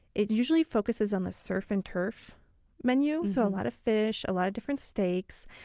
it usually focuses on the surf-and-turf menu. so a lot of fish, a lot of different steaks.